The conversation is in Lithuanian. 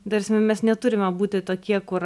ta prasme mes neturime būti tokie kur